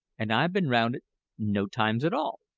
and i've been round it no times at all,